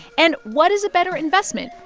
and what is a better investment,